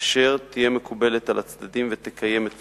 אשר תהיה מקובלת על הצדדים ותקיים את פסק-הדין.